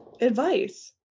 advice